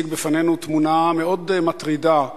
שהציג בפנינו תמונה מאוד מטרידה,